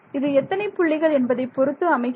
இது எத்தனை புள்ளிகள் என்பதை பொறுத்து அமைகிறது